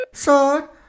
Sir